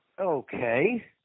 Okay